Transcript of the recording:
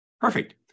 Perfect